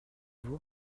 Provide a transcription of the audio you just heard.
vous